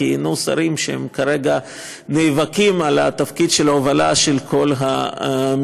כיהנו שרים שכרגע נאבקים על התפקיד של ההובלה של כל המפלגה.